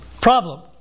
problem